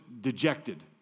dejected